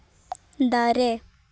ᱫᱟᱨᱮ